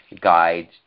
guide